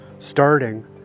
starting